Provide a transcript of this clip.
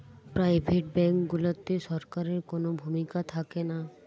private bank গুলাতে সরকারের কুনো ভূমিকা থাকেনা